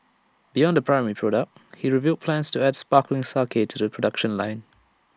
beyond the primary product he revealed plans to add sparkling sake to the production line